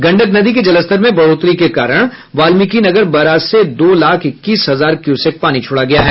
गंडक नदी के जलस्तर में बढ़ोतरी के कारण वाल्मीकिनगर बराज से दो लाख इक्कीस हजार क्यूसेक पानी छोड़ा गया है